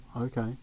Okay